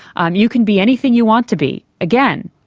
um you can be anything you want to be, again,